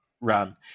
run